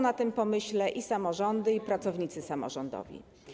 Na tym pomyśle stracą samorządy i pracownicy samorządowi.